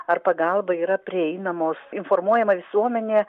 ar pagalba yra prieinamos informuojama visuomenė